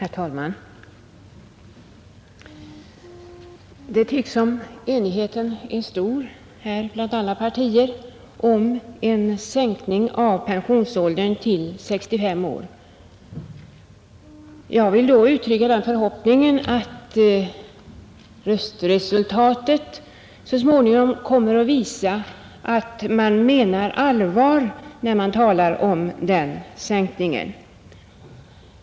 Herr talman! Det tycks som enigheten är stor bland alla partier om en sänkning av pensionsåldern till 65 år. Jag vill då uttrycka den förhoppningen att röstresultatet så småningom kommer att visa att man menar allvar när man talar om den sänkningen.